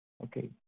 Okay